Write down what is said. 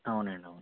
అవునండి అవును